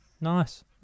Nice